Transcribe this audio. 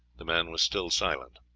the man was still silent.